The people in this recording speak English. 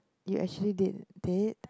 you actually did it